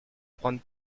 prendre